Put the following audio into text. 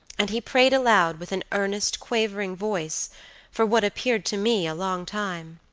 and he prayed aloud with an earnest quavering voice for, what appeared to me, a long time.